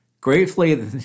Gratefully